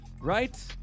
right